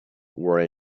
were